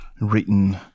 written